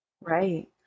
Right